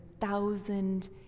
thousand